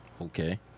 Okay